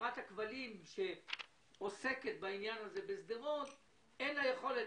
שלחברת הכבלים שעוסקת בעניין הזה בשדרות אין יכולת